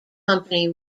company